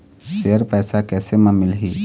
Share पैसा कैसे म मिलही?